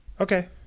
Okay